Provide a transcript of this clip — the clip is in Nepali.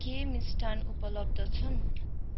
के मिष्टान्न उपलब्ध छन्